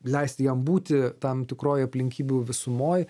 leisti jam būti tam tikroj aplinkybių visumoj